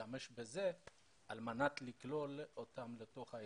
להשתמש בזה על מנת לכלול אותם בתוך ההסכם.